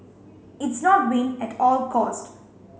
it's not win at all cost